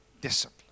discipline